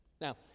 Now